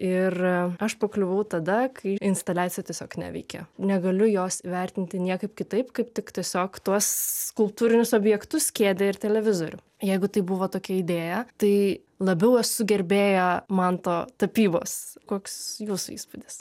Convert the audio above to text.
ir aš pakliuvau tada kai instaliacija tiesiog neveikė negaliu jos vertinti niekaip kitaip kaip tik tiesiog tuos skulptūrinius objektus kėdę ir televizorių jeigu tai buvo tokia idėja tai labiau esu gerbėja manto tapybos koks jūsų įspūdis